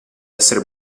essere